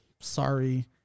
sorry